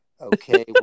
okay